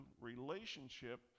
relationship